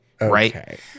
right